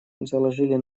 заложили